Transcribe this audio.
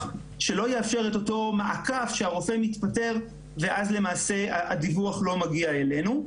שלא יאפשר את אותו מעקף שהרופא מתפטר ואז למעשה הדיווח לא מגיע אלינו.